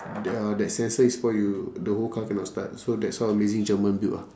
the uh that sensor is spoil you the whole car cannot start so that's how amazing german build ah